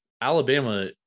Alabama